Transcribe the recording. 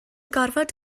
gorfod